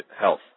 Health